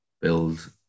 build